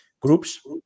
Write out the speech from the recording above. groups